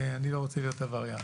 אני לא רוצה להיות עבריין.